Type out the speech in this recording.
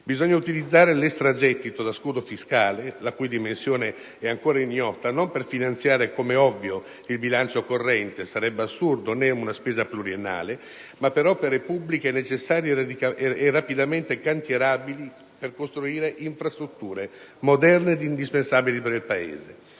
Bisogna utilizzare l'extragettito da scudo fiscale, la cui dimensione è ancora ignota, non per finanziare il bilancio corrente o una spesa pluriennale (sarebbe assurdo), ma per opere pubbliche necessarie e rapidamente cantierabili, per costruire infrastrutture moderne ed indispensabili per il Paese.